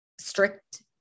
strict